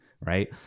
right